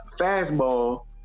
fastball